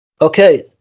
Okay